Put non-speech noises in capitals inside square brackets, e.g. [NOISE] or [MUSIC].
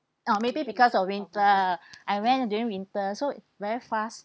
oh maybe because of winter [BREATH] I went during winter so very fast